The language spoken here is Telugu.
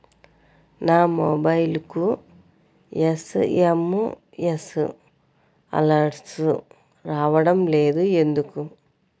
నా మొబైల్కు ఎస్.ఎం.ఎస్ అలర్ట్స్ రావడం లేదు ఎందుకు?